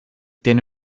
tiene